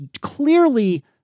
clearly